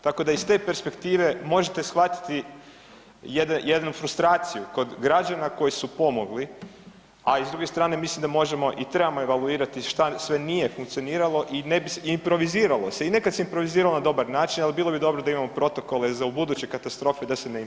Tako da iz te perspektive možete shvatiti jednu frustraciju kod građana koji su pomogli, a i s druge strane mislim da možemo i trebamo evaluirati šta sve nije funkcioniralo i improviziralo se i nekad se improviziralo na dobar način, ali bilo bi dobro da imamo protokole za ubuduće katastrofe da se ne improvizira.